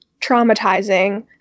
traumatizing